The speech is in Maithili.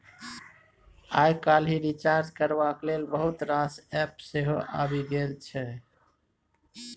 आइ काल्हि रिचार्ज करबाक लेल बहुत रास एप्प सेहो आबि गेल छै